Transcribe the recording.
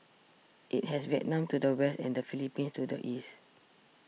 it has Vietnam to the west and the Philippines to the east